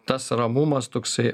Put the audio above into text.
tas ramumas toksai